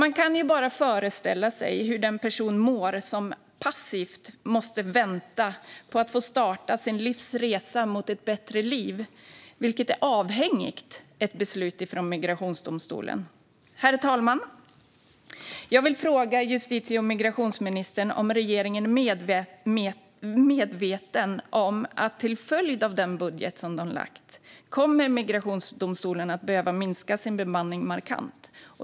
Man kan bara föreställa sig hur den person mår som passivt måste vänta på att få starta sitt livs resa mot ett bättre liv, vilket är avhängigt ett beslut från migrationsdomstolen. Herr talman! Jag vill fråga justitie och migrationsministern om regeringen är medveten om att till följd av den budget de har lagt fram kommer migrationsdomstolarna att behöva minska sin bemanning markant.